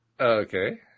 Okay